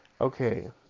okay